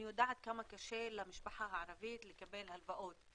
אני יודעת כמה קשה למשפחה הערבית לקבל הלוואות,